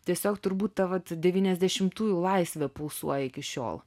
tiesiog turbūt ta vat devyniasdešimtųjų laisvė pulsuoja iki šiol